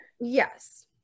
Yes